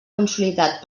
consolidat